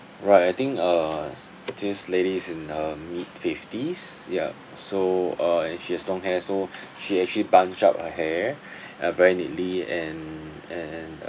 right I think uh this lady is in her mid fifties ya so uh and she has long hair so she actually bunch up her hair uh very neatly and and and